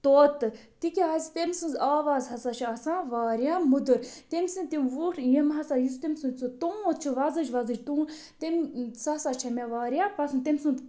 طوطہٕ تِکیٛازِ تٔمۍ سٕنٛز آواز ہسا چھِ آسان واریاہ مٔدٕر تٔمۍ سٕنٛدۍ تِم وُٹھ یِم ہسا یُس تٔمۍ سُنٛد سُہ تونٛت چھِ وۄزٕج وۄزٕج تونٛت تٔمۍ سُۄ ہسا چھِ مےٚ واریاہ پسنٛد تٔمۍ سُنٛد